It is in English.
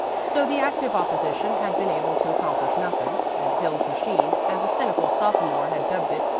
so the active opposition had been able to accomplish nothing, and hill's machine, as a cynical sophomore had dubbed it,